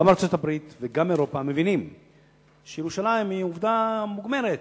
גם ארצות-הברית וגם אירופה מבינות שירושלים היא עובדה מוגמרת.